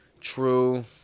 True